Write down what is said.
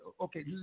Okay